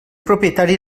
propietari